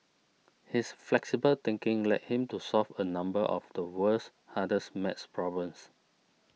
his flexible thinking led him to solve a number of the world's hardest math problems